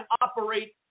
operate